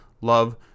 love